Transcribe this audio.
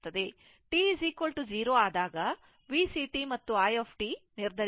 t0 ಆದಾಗ VCt ಮತ್ತು i t ನಿರ್ಧರಿಸಬೇಕು